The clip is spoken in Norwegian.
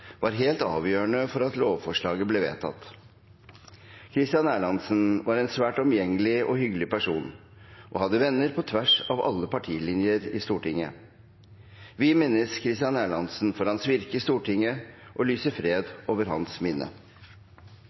var helt avgjørende for at lovforslaget ble vedtatt. Christian Erlandsen var en svært omgjengelig og hyggelig person og hadde venner på tvers av alle partilinjer i Stortinget. Vi minnes Christian Erlandsen for hans virke i Stortinget og lyser fred over hans minne.